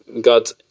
got